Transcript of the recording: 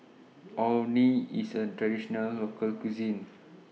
Orh Nee IS A Traditional Local Cuisine